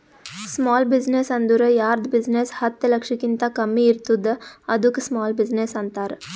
small business ಅಂದುರ್ ಯಾರ್ದ್ business ಹತ್ತ ಲಕ್ಷಕಿಂತಾ ಕಮ್ಮಿ ಇರ್ತುದ್ ಅದ್ದುಕ ಸ್ಮಾಲ್ ಬಿಜಿನೆಸ್ ಅಂತಾರ